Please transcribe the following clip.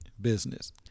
business